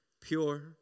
pure